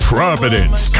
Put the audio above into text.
Providence